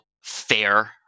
fair